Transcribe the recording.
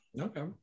Okay